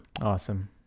Awesome